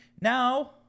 Now